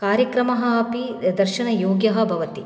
कार्यक्रमः अपि दर्शनयोग्यः भवति